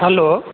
hello